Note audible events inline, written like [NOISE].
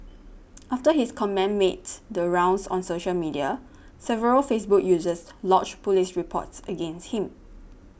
[NOISE] after his comment mades the rounds on social media several Facebook users lodged police reports against him